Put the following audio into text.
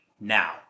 now